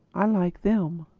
i like them.